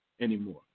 anymore